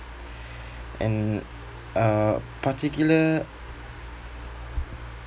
and uh particular